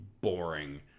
boring